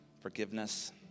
forgiveness